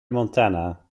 montana